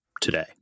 today